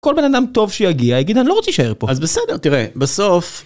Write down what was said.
כל בן אדם טוב שיגיע יגיד אני לא רוצה להישאר פה אז בסדר תראה בסוף